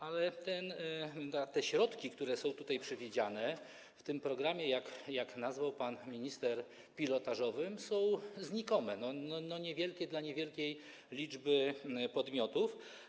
Ale te środki, które są przewidziane w tym programie, jak go nazwał pan minister, pilotażowym, są znikome, niewielkie dla niewielkiej liczby podmiotów.